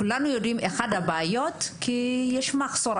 כולנו יודעים, אחת הבעיות כי יש מחסור.